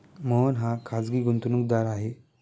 मोहन हा खाजगी गुंतवणूकदार आहे